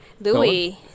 Louis